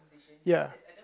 ya